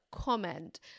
comment